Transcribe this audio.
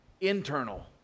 internal